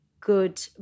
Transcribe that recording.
good